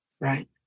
Right